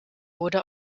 wurde